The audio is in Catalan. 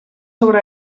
sobre